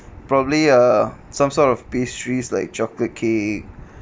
probably uh some sort of pastries like chocolate cake